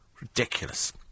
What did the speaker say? Ridiculous